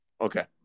Okay